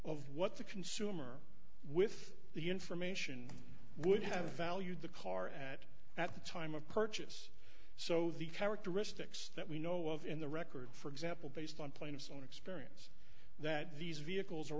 of what the consumer with the information would have valued the car at at the time of purchase so the characteristics that we know of in the record for example based on plaintiff's own experience that these vehicles are